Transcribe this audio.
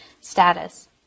status